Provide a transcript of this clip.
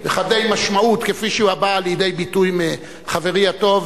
וחדי-משמעות כפי שבא לידי ביטוי מחברי הטוב,